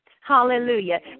Hallelujah